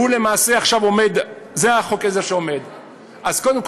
זה חוק העזר שעומד עכשיו.